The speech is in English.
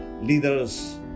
leaders